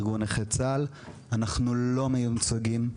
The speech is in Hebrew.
ארגון נכי צה"ל אנחנו לא מיוצגים,